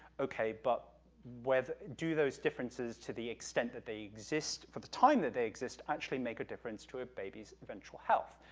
okay, but do those differences, to the extent that they exist, for the time that they exist, actually make a difference to a baby's eventual health,